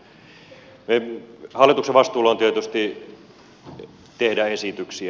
hallituksen vastuulla on tietysti tehdä esityksiä